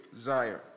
Zion